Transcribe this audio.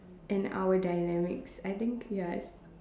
and our dynamics I think ya it's